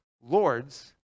lords